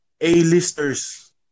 A-listers